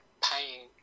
paying